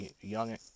Young